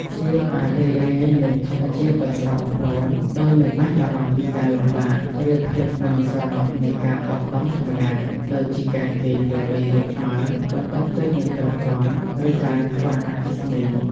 ភ្ញៀវអាចរីករាយនឹងធម្មជាតិដ៏ស្រស់បំព្រងដោយមិនបាច់បារម្ភពីការលំបាក ឬភាពមិនស្រណុកនៃការបោះតង់ធម្មតា ដូចជាការគេងលើដីរាបស្មើ បន្ទប់ទឹកមិនគ្រប់គ្រាន់ ឬការខ្វះអគ្គិសនី។